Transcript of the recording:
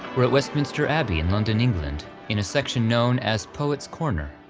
we're at westminster abbey in london england, in a section known as poets corner.